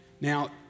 Now